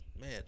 man